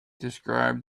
described